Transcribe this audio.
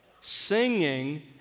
singing